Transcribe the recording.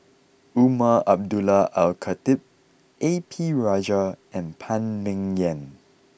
Umar Abdullah Al Khatib A P Rajah and Phan Ming Yen